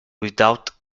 without